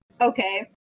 okay